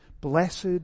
Blessed